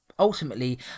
Ultimately